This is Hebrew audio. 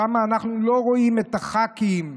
שם אנחנו לא רואים את הח"כים,